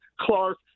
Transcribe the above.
Clark